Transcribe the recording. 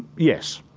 yes,